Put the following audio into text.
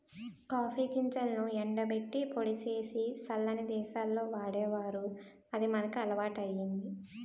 copy గింజలను ఎండబెట్టి పొడి సేసి సల్లని దేశాల్లో వాడేవారు అది మనకి అలవాటయ్యింది